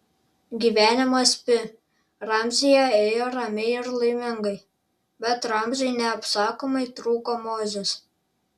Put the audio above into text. gyvenimas pi ramzyje ėjo ramiai ir laimingai bet ramziui neapsakomai trūko mozės